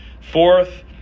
Fourth